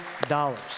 dollars